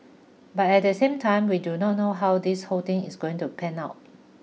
but at the same time we do not know how this whole thing is going to pan out